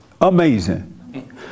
Amazing